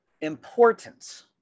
importance